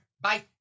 Bye